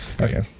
Okay